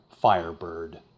firebird